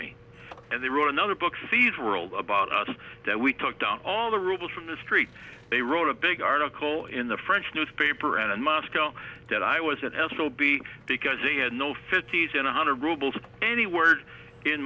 me and they wrote another book sees world about us that we took down all the rules from the street they wrote a big article in the french newspaper and in moscow that i wasn't as will be because he had no fifty's in a hundred roubles any word in